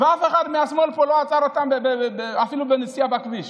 ואף אחד מהשמאל פה לא עצרו אותו אפילו בנסיעה בכביש.